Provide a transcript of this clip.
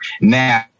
Now